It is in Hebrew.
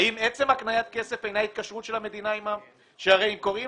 האם עצם הקניית כסף אינה התקשרות של המדינה שהרי אם קוראים